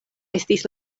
estis